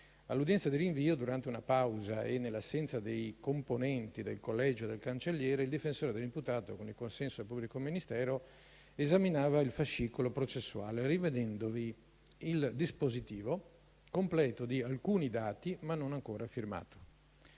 All'udienza di rinvio, durante una pausa e nell'assenza dei componenti del collegio e del cancelliere, il difensore dell'imputato, con il consenso del pubblico ministero, esaminava il fascicolo processuale, rinvenendovi il dispositivo completo di alcuni dati, ma non ancora firmato.